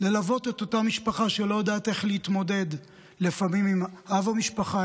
ללוות את אותה משפחה שלא יודעת איך להתמודד לפעמים אם אב המשפחה,